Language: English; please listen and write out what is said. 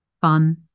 fun